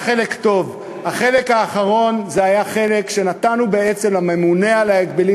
החלק האחרון היה חלק שנתנו בעצם לממונה על ההגבלים